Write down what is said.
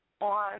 on